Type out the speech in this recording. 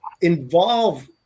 involve